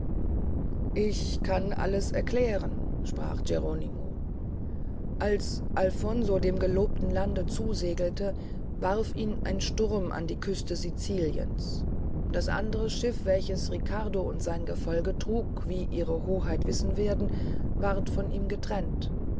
ich kann alles erklären sprach geronimo als alfonso dem gelobten lande zusegelte warf ihn ein sturm an die küste siciliens das andre schif welches riccardo und sein gefolge trug wie ihre hoheit wissen werden ward von ihm getrennt